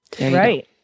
right